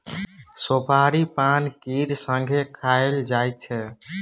सोपारी पान केर संगे खाएल जाइ छै